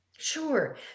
Sure